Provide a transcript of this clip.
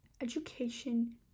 education